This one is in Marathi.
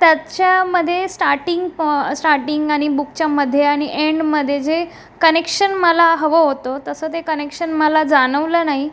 त्याच्यामध्ये स्टार्टींग प स्टार्टींग आणि बुकच्या मध्ये आणि एन्डमध्ये जे कनेक्शन मला हवं होतं तसं ते कनेक्शन मला जाणवलं नाही